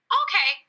okay